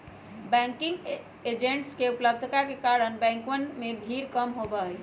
banking agents के उपलब्धता के कारण बैंकवन में भीड़ कम होबा हई